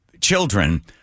children